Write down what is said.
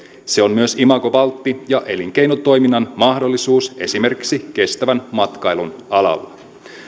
se on myös imagovaltti ja elinkeinotoiminnan mahdollisuus esimerkiksi kestävän matkailun alalla